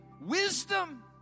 wisdom